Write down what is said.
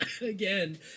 Again